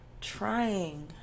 trying